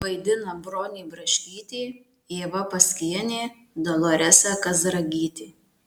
vaidina bronė braškytė ieva paskienė doloresa kazragytė